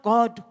God